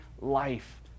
life